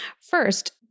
First